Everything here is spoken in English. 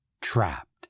trapped